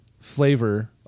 flavor